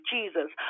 Jesus